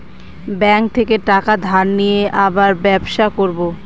bank থেকে টাকা ধার নিয়ে আবার ব্যবসা করবো